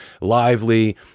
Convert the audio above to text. lively